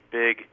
big